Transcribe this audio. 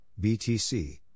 BTC